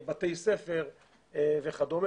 בתי ספר וכדומה.